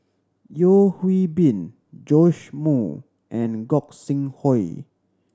Yeo Hwee Bin Joash Moo and Gog Sing Hooi